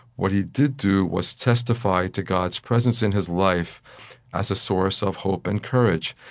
what he did do was testify to god's presence in his life as a source of hope and courage.